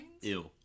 Ew